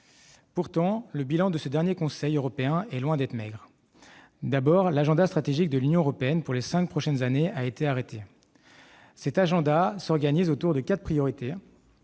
Pourtant, le bilan de cette dernière réunion du Conseil européen est loin d'être maigre. L'agenda stratégique de l'Union européenne pour les cinq prochaines années a été arrêté. Il s'organise autour de quatre priorités